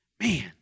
man